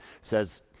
says